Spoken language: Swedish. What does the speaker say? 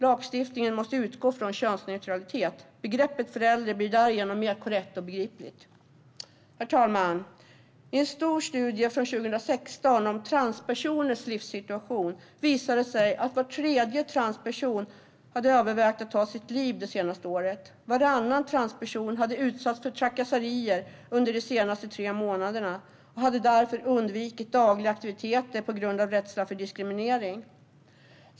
Lagstiftningen måste utgå från könsneutralitet. Begreppet "förälder" blir därigenom mer korrekt och begripligt. Herr talman! I en stor studie från 2016 om transpersoners livssituation visade det sig att var tredje transperson hade övervägt att ta sitt liv det senaste året. Varannan transperson hade utsatts för trakasserier under de senaste tre månaderna och hade därför undvikit dagliga aktiviteter på grund av rädsla för diskriminering.